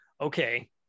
okay